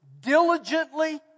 diligently